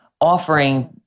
offering